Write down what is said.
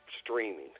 streaming